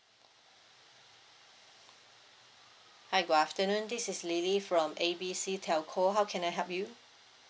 hi good afternoon this is lily from A B C telco how can I help you